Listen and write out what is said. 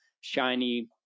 shiny